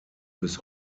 bis